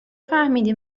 فهمیدی